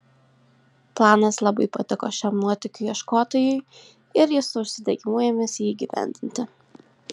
planas labai patiko šiam nuotykių ieškotojui ir jis su užsidegimu ėmėsi jį įgyvendinti